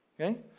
Okay